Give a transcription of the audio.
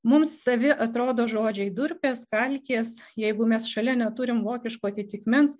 mums savi atrodo žodžiai durpės kalkės jeigu mes šalia neturim vokiško atitikmens